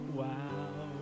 wow